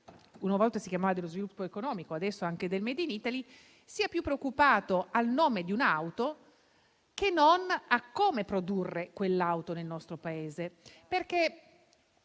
una volta si chiamava dello sviluppo economico e che adesso si chiama delle imprese e del *made in Italy* sia più preoccupato dal nome di un'auto, che non da come produrre quell'auto nel nostro Paese.